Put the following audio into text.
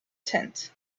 tent